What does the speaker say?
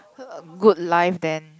uh good life then